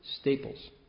staples